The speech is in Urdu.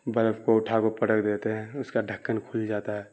برف کو اٹھا کو پٹک دیتے ہیں اس کا ڈھکن کھل جاتا ہے